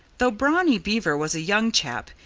though brownie beaver was a young chap,